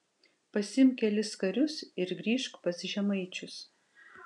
pasiimk kelis karius ir grįžk pas žemaičius